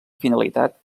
finalitat